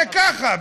זה ככה.